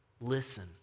listen